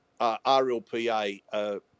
RLPA